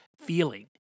feeling